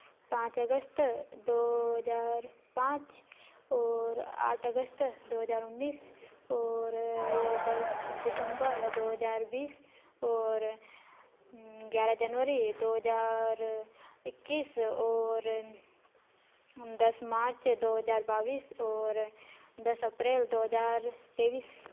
पाँच अगस्त दो हजार पाँच और आठ अगस्त दो हजार उन्नीस और दस दिसम्बर दो हजार बीस और ग्यारह जनवरी दो हजार इक्कीस और दस मार्च दो हजार बाविस ओर दस अप्रैल दो हजार तेवीस